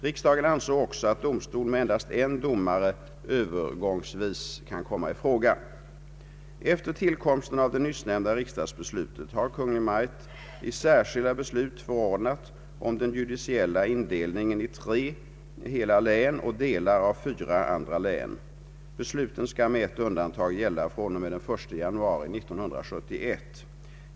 Riksdagen ansåg också att domstol med endast en domare övergångsvis kan komma i fråga. Efter tillkomsten av det nyssnämnda riksdagsbeslutet har Kungl. Maj:t i särskilda beslut förordnat om den judiciella indelningen i tre hela län och delar av fyra andra län. Besluten skall med ett undantag gälla fr.o.m. den 1 januari 1971.